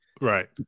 right